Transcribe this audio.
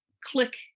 click